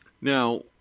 Now